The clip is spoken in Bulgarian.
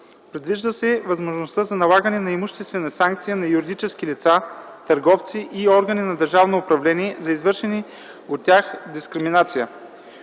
Предвижда се възможността за налагане на имуществена санкция на юридически лица, търговци и органи на държавното управление за извършена от тях дискриминация.